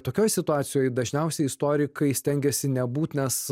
tokioj situacijoj dažniausiai istorikai stengiasi nebūt nes